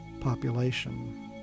population